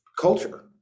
culture